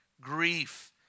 grief